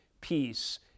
peace